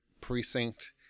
precinct